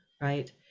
right